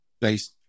based